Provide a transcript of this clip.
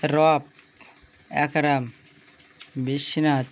রপ একারাম বিশ্বনাথ